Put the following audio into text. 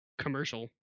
commercial